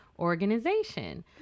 organization